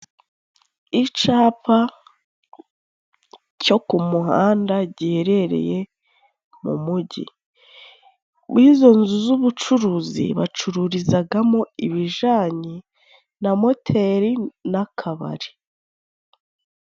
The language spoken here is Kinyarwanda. Icapa cyo ku muhanda giherereye mu mujyi, w’izo nzu z’ubucuruzi bacururizagamo ibijanye na moteri n’akabari.